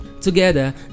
Together